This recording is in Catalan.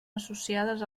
associades